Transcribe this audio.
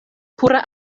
pura